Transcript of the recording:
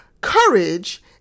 courage